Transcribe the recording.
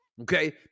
okay